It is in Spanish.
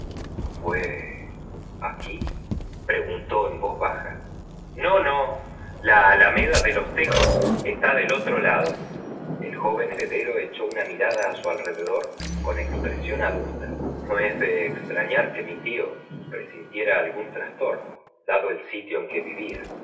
u a preguntó en voz baja lado n alameda de los tejos está del otro iir eu her d ro eohó una mirada á su alrededor con expresión adusta no es de extrañar que mi tío p res l n tiera algún trastorno dado el sitio en que vivía